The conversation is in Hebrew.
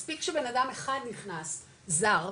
מספיק שבנאדם אחד נכנס זר,